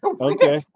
Okay